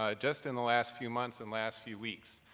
ah just in the last few months and last few weeks.